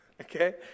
okay